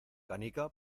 canica